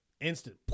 instant